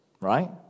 right